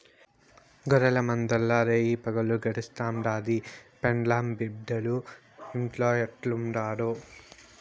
గొర్రెల మందల్ల రేయిపగులు గడుస్తుండాది, పెండ్లాం బిడ్డలు ఇంట్లో ఎట్టుండారో